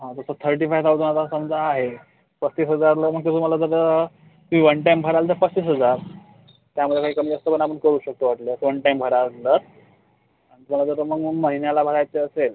हा तसं thirty five thousand हजार समजा आहे पस्तीस हजारला मग ते तुम्हाला तसं तुम्ही वन टाइम भराल तर पस्तीस हजार त्यामध्ये काही कमी जास्त पण आपण करू शकतो वाटल्यास वन टाइम भराल तर आणि तुम्हाला जर का मग महिन्याला भरायचे असेल